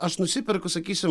aš nusiperku sakysim